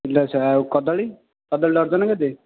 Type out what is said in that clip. kilo ଶହେ ଆଉ କଦଳୀ କଦଳୀ ଡର୍ଜନ କେତେ